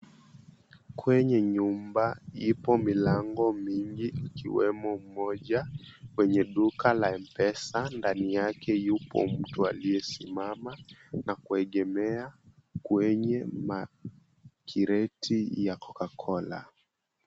Kwenye nyumba ipo milango mingi ikiwemo moja kwenye duka la M-pesa ndani yake yupo mtu aliyesimama na kuegemea kwenye makireti ya Coca-Cola.